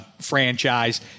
franchise